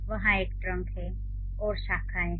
वहाँ एक ट्रंक है और शाखाएं हैं